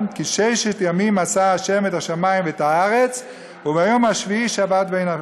כי ששת ימים עשה ה' את השמים ואת הארץ וביום השביעי שבת וינפש".